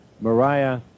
Mariah